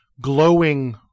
glowing